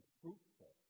fruitful